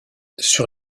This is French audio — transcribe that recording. sur